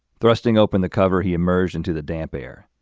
thrusting open the cover, he emerged into the damp air,